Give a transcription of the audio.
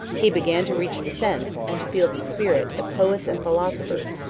he began to reach the sense, and to feel the spirit, of poets and philosophers,